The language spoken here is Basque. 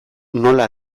nola